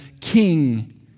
King